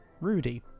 Rudy